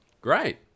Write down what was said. Great